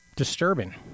Disturbing